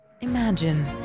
Imagine